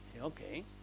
Okay